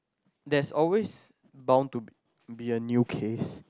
there's always bound to be be a new case